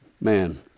man